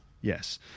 yes